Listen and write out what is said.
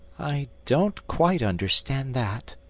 i don't quite understand that.